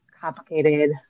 complicated